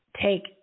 take